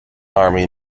army